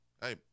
Hey